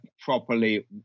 properly